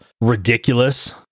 ridiculous